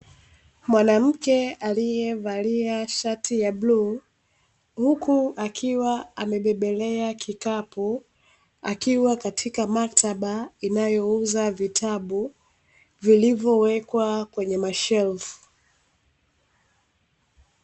Mwanamke aliyevalia shati la bluu huku akiwa amebebelea kikapu akiwa katika maktaba inayouza vitabu vilivyowekwa kwenye mashelfu.